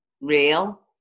real